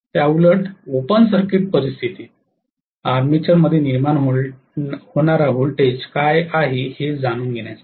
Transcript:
त्याउलट open circuit परिस्थितीत आर्मेचरमध्ये निर्माण होणारा व्होल्टेज काय आहे हे जाणून घेण्यासाठी